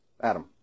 Adam